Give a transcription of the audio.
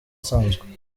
asanzwe